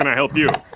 and help you?